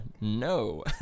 No